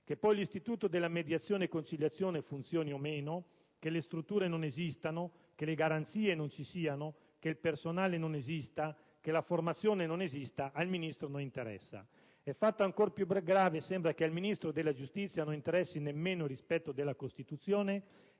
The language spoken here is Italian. Che poi l'istituto della mediazione-conciliazione funzioni o meno, che le strutture non esistano, che le garanzie non ci siano, che il personale non esista, che la formazione non esista, al Ministro non interessa. E, fatto ancor più grave, sembra che al Ministro della giustizia non interessino nemmeno il rispetto della Costituzione